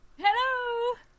Hello